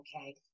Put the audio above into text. Okay